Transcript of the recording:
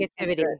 negativity